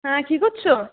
হ্যাঁ কী করছো